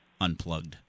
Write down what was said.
unplugged